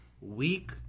week